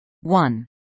one